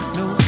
no